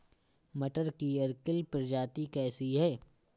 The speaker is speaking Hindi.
मटर की अर्किल प्रजाति कैसी है?